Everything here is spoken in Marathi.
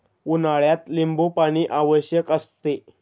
उन्हाळ्यात लिंबूपाणी आवश्यक असते